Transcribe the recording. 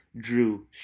Drew